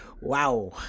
wow